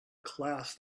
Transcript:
class